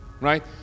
Right